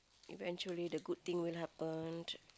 eventually the good thing will happen